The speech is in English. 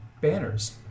banners